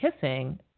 kissing